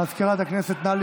הממשלה מתנגדת להצעת